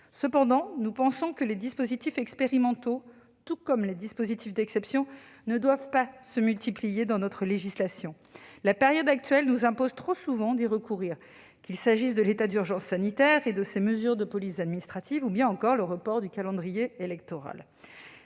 Cependant, nous pensons que les dispositifs expérimentaux, tout comme les dispositifs d'exception, ne doivent pas se multiplier au sein de notre législation. La période actuelle nous impose trop souvent d'y recourir, qu'il s'agisse de l'état d'urgence sanitaire et de ses mesures de police administrative ou bien encore du report du calendrier électoral.